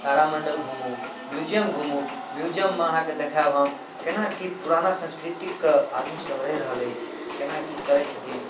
तारामण्डल घुमू म्युजियम घुमू म्युजियममे अहाँके देखाएब हम कोना कि पुराना संस्कृतिके आदमीसभ रहि रहल अछि कोना कि करै छथिन